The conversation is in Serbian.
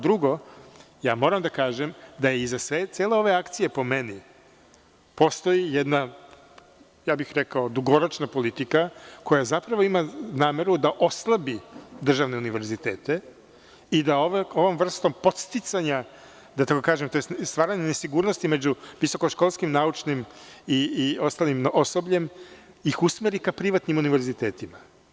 Drugo, moram da kažem da je iza cele ove akcije, po meni, postoji jedna, rekao bih, dugoročna politika koja zapravo ima nameru da oslabi državne univerzitete i da ovom vrstom podsticanja, da tako kažem, stvaranja nesigurnosti među visoko školskim naučnim i ostalim osobljem ih usmeri ka privatnim univerzitetima.